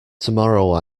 tomorrow